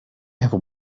have